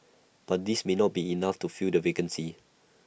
but this may not be enough to fill the vacancies